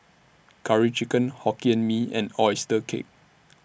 Curry Chicken Hokkien Mee and Oyster Cake